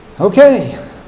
Okay